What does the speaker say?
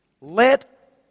let